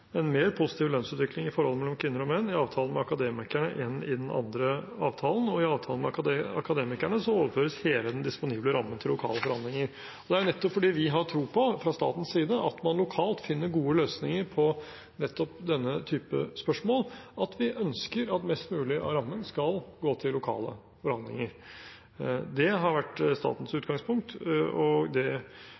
en mer positiv lønnsutvikling i forholdet mellom kvinner og menn i avtalen med Akademikerne enn i den andre avtalen, og i avtalen med Akademikerne overføres hele den disponible rammen til lokale forhandlinger. Det er nettopp fordi vi fra statens side har tro på at man lokalt finner gode løsninger på nettopp denne typen spørsmål, at vi ønsker at mest mulig av rammen skal gå til lokale forhandlinger. Det har vært statens utgangspunkt, og det